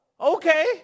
Okay